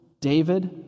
David